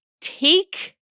take